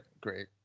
Great